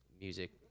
music